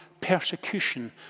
persecution